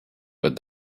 but